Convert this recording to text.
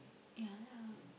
ya lah